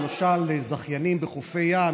למשל זכיינים בחופי ים,